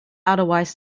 otherwise